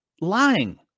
lying